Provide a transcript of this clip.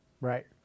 right